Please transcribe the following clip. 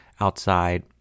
outside